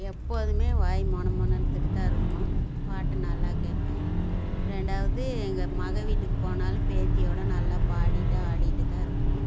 எப்போதுமே வாய் மொணமொணத்துட்டுதான் இருக்கும் பாட்டு நல்லா கேட்பேன் ரெண்டாவது எங்கள் மகள் வீட்டுக்கு போனாலும் பேத்தியோடு நல்லா பாடிட்டு ஆடிட்டுதான் இருப்போம்